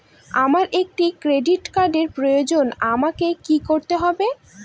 আমার একটি ক্রেডিট কার্ডের প্রয়োজন আমাকে কি করতে হবে?